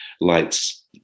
lights